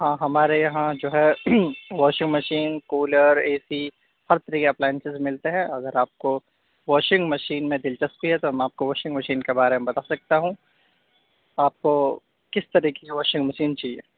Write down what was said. ہاں ہمارے یہاں جو ہے washing machine cooler A C ہر طرح کے اپلائنسز ملتے ہے اگر آپ کو واشنگ مشین میں دلچسپی ہے تو میں آپ کو واشنگ مشین کے بارے میں بتا سکتا ہوں آپ کو کس طرح کی واشنگ مشین چاہیے